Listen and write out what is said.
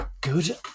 good